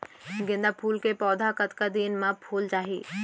गेंदा फूल के पौधा कतका दिन मा फुल जाही?